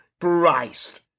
Christ